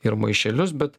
ir maišelius bet